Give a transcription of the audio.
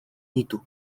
ditu